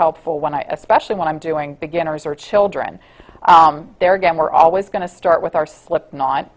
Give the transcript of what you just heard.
helpful when i especially when i'm doing beginners or children there again we're always going to start with our slip